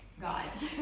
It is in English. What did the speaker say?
gods